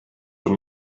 von